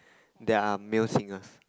that are male singers